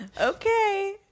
okay